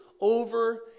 over